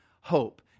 hope